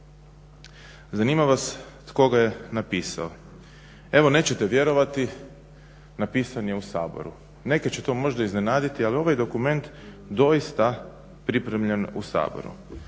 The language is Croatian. Zanima vas tko ga je napisao? Evo nećete vjerovati napisan je u Saboru. Neke će to možda iznenaditi, ali ovaj dokument je doista pripremljen u Saboru.